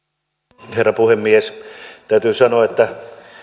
arvoisa herra puhemies täytyy sanoa että